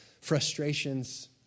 frustrations